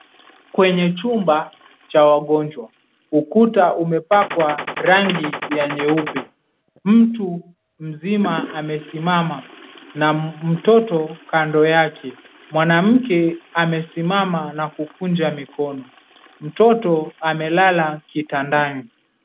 Kwenye chumba cha wagonjwa ukuta umepakwa rangi ya nyeupe. Mtu mzima amesimama na mtoto kando yake. Mwanamke amesimama na kukunja mikono. Mtoto amelala kitandani.